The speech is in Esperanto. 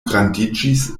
grandiĝis